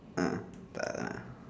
ah but ah